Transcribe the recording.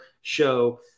show